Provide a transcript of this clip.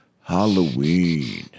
Halloween